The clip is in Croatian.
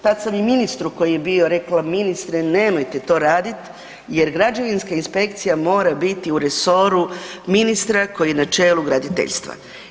Tad sam i ministru koji je bio rekla ministre nemojte to radit jer građevinska inspekcija mora biti u resoru ministra koji je na čelu graditeljstva.